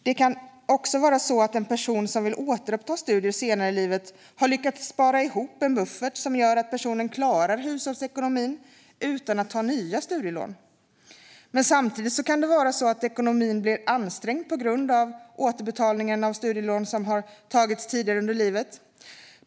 Det kan vara så att en person som vill återuppta studier senare i livet har lyckats spara ihop en buffert som gör att personen klarar hushållsekonomin utan att ta nya studielån. Men ekonomin kan också bli ansträngd på grund av återbetalning av studielån som har tagits tidigare under livet.